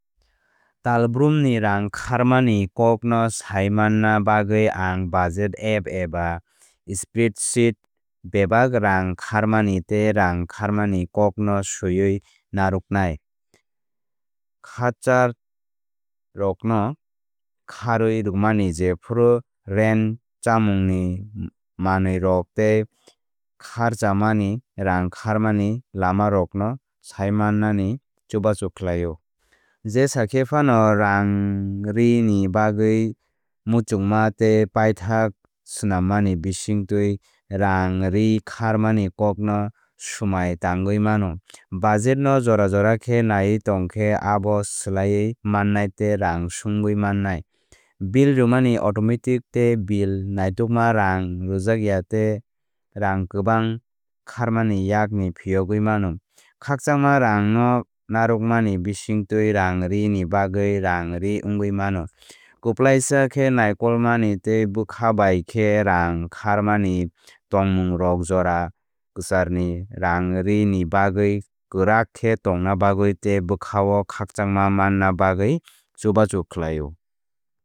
Talbrumni rang kharmani kokno saimanna bagwi ang budget app eba spreadsheet bebak rang kharmani tei rang kharmani kokno swiwi narwknai. Kharcharokno kharwi rwmani jephru rent chamungni manwirok tei khárchamani rang kharmani lamarokno saimannani chubachu khlaio. Jesa kheno rangrini bagwi muchungma tei paithak swnammani bisingtwi rangri kharmani kokno swmai tangwi mano. Budget no jora jora khe naiwi tongkhe abo swlaiwi mannai tei rang swngwi mannai. Bill rwmani automatic tei bill naitukma rang rwjakya tei rang kwbang kharmani yakni phiyogwi mano. Khakchangma rang no narwkmani bisingtwi rangrini bagwi rangri wngwi mano. Kwplaisa khe naikolmani tei bwkha bai khe rang kharmani tongmungrok jora kwcharni rangrini bagwi kwrak khe tongna bagwi tei bwkhao khakchangma manna bagwi chubachu khlaio.